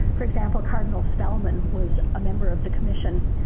for example, cardinal spellman was a member of the commission